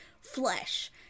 flesh